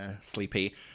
sleepy